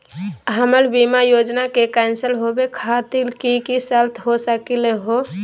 हमर बीमा योजना के कैन्सल होवे खातिर कि कि शर्त हो सकली हो?